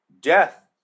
Death